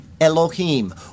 Elohim